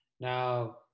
Now